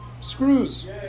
screws